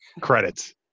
Credits